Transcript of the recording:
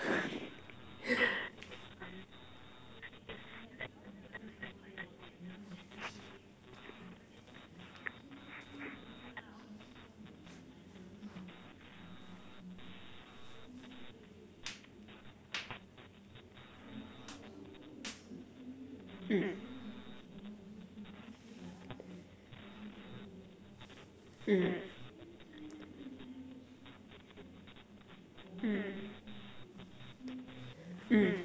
mm mm mm